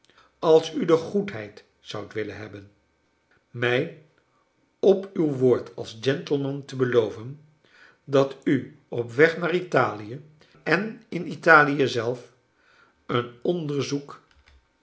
als u de goedheid zoudt willen hebben mij op uw woord als gentleman te beloven dat u op uw weg naar italie en in italie zelf een onderzoek